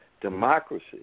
democracy